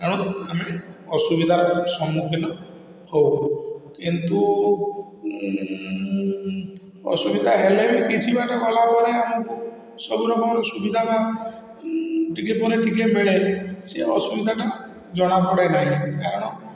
ଆଉ ଆମେ ଅସୁବିଧାର ସମ୍ମୁଖୀନ ହଉ କିନ୍ତୁ ଅସୁବିଧା ହେଲେ ବି କିଛି ବାଟ ଗଲା ପରେ ଆମକୁ ସବୁ ରକମର ସୁବିଧାଟା ଟିକେ ପରେ ଟିକେ ମିଳେ ସେ ଅସୁବିଧାଟା ଜଣାପଡ଼େ ନାହିଁ କାରଣ